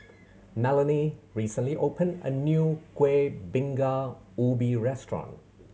Melanie recently opened a new Kueh Bingka Ubi restaurant